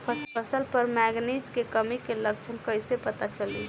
फसल पर मैगनीज के कमी के लक्षण कईसे पता चली?